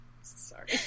Sorry